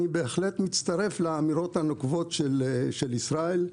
אני בהחלט מצטרף לאמירות הנוקבות של ישראל גנון.